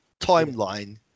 timeline